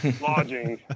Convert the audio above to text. lodging